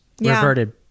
reverted